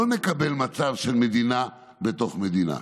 לא נקבל מצב של מדינה בתוך מדינה.